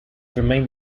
remained